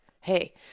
hey